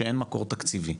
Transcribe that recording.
שאין מקור תקציבי.